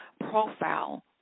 profile